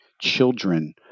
children